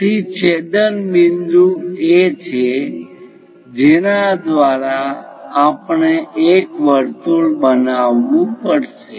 તેથી છેદન બિંદુ એ છે જેના દ્વારા આપણે એક વર્તુળ બનાવવું પડશે